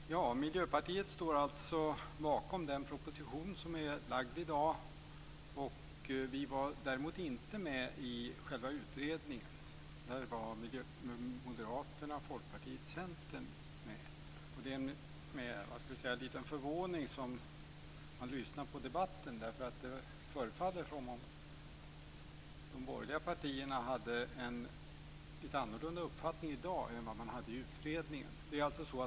Fru talman! Miljöpartiet står alltså bakom den proposition som föreligger i dag. Vi var däremot inte med i själva utredningen. Där var Moderaterna, Folkpartiet och Centern med. Det är med lite förvåning som man lyssnar på debatten, därför att det förefaller som om de borgerliga partierna har en lite annorlunda uppfattning i dag än man hade i utredningen.